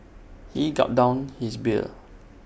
he gulped down his beer